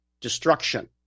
destruction